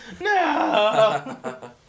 No